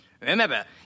Remember